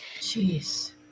Jeez